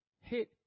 hit